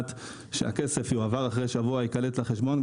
שכסף שיועבר ייקלט לחשבון אחרי שבוע,